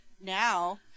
now